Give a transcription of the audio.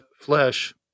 flesh